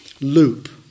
loop